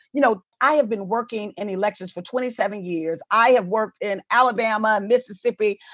you know, i have been working in elections for twenty seven years. i have worked in alabama, mississippi.